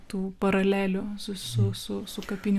tų paralelių su su kapinių